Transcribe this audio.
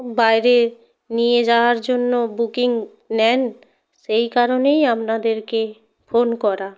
বাইরে নিয়ে যাওয়ার জন্য বুকিং নেন সেই কারণেই আপনাদেরকে ফোন করা